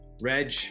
Reg